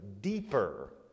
deeper